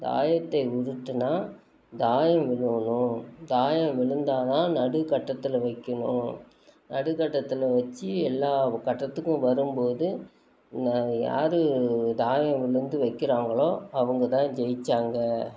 தாயத்தை உருட்டினா தாயம் விழணும் தாயம் விழுந்தால் தான் நடுக்கட்டத்தில் வைக்கணும் நடுக்கட்டத்தில் வெச்சு எல்லா கட்டத்துக்கும் வரும்போது நான் யார் தாயம் விழுந்து வைக்கிறாங்களோ அவங்க தான் ஜெயித்தாங்க